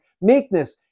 meekness